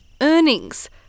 earnings